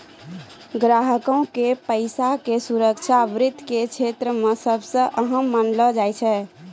ग्राहको के पैसा के सुरक्षा वित्त के क्षेत्रो मे सभ से अहम मानलो जाय छै